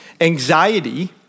anxiety